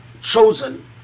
chosen